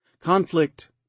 Conflict